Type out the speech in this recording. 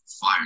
fire